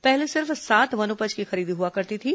पहले सिर्फ सात वनोपज की खरीदी हुआ करती थी